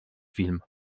film